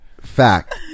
Fact